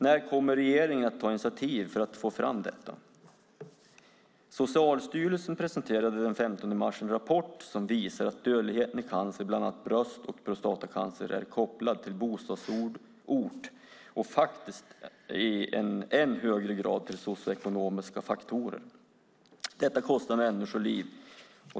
När kommer regeringen att ta initiativ för att få fram detta? Socialstyrelsen presenterade den 15 mars en rapport som visar att dödligheten i cancer, bland annat bröstcancer och prostatacancer, är kopplad till bostadsort och faktiskt i än högre grad till socioekonomiska faktorer. Detta kostar människoliv.